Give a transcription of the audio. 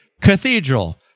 cathedral